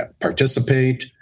participate